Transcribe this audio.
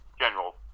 general